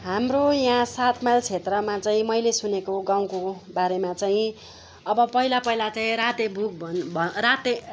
हाम्रो यहाँ सात माइल क्षेत्रमा चाहिँ मैले सुनेको गाउँको बारेमा चाहिँ अब पहिला पहिला चाहिँ राते भुक भन भन राते